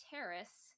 Terrace